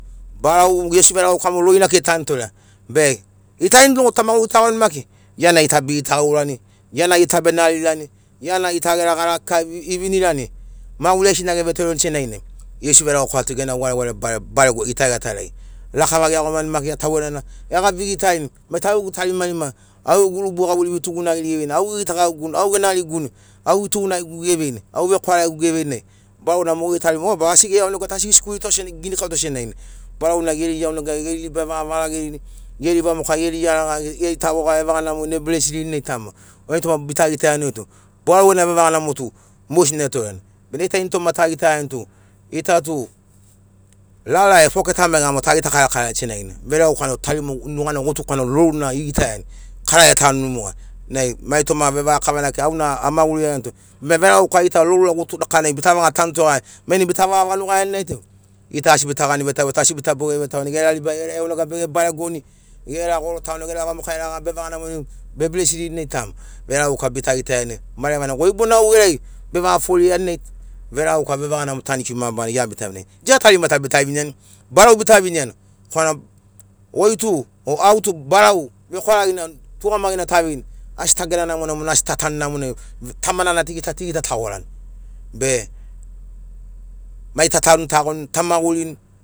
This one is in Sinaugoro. Barau iesu veregauka mo rorina kekei tana torea be gita inimogo tamaguritagoni maki iana gita begitagaurani iana gita benarirani iana gita gera gara kika evinirani maguri aigesina gevetoreni senagina iesu veregauka tu gena varevare barego gita iatarai lakava geiagomani maki ia taugenana egabivegitarini mai tu au gegu tarimarima au gegu rubu gauveiri vetugunariri geveini au gegitagauguni au genariguni au vetugunagigu geveini au vekwaragigu geveini nai barauna mo geri tarima o ba asi gegauveito asi gesikuri ginikauto senagina barauna geri iaunegana geri riba evaragarini geri vamoka geri iaraga geri tavoga evaga namorini ge blesirini ta mai toma bita gitaiani tu barau gena vevalaga tu mogesina getoreani bena gita initoma ta tagitaiani tu gita tu lala e foketa mo ta gita karakaraiagiani senagina veregaukana tarima nugana kotukana roruna gegitaiani karai getanuni moga nai ma toma vevakavana kekei au na amaguri iagiani tu be veregauka gita rorura kotukanai ta vaga tanutogaia mai nai bita vaga vanugaiani nai tu gita asi bita gani vetauvetau asi bita boge vetau gera ribai gera iaunegai bege baregoni gera goro tano gera vamoka iaraga bevaga namorini be blesiniri tama veregauka bita gitaiani marevana goi bona au gerai bevaga foforiani nai veregauka vevaga namo tanikiu mabarana gia bita viniani dia tarimata bita viniani barau bita viniani korana goi tu o au tu barau vekwaragina tugamagina taveini asi ta gena namo namoni asi ta tanu namonamoni tamarana tu gita tu gegita tagorani be mai ta tanutagoni tamagurini.